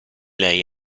lei